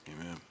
Amen